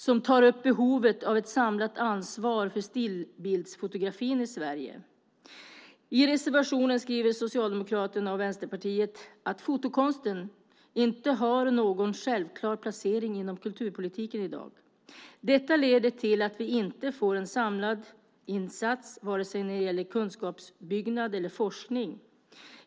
I den tar vi upp behovet av ett samlat ansvar för stillbildsfotografi i Sverige. I reservationen skriver Socialdemokraterna och Vänsterpartiet att fotokonsten inte har någon självklar placering inom kulturpolitiken i dag. "Detta leder till att vi inte får en samlad insats vare sig när det gäller kunskapsuppbyggnad eller forskning."